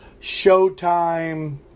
Showtime